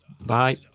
Bye